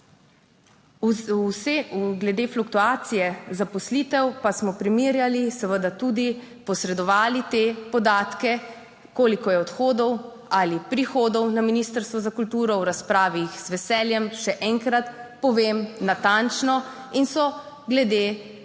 Glede fluktuacije zaposlitev pa smo primerjali, seveda tudi posredovali te podatke, koliko je odhodov ali prihodov na Ministrstvo za kulturo. V razpravi jih z veseljem še enkrat povem natančno in so glede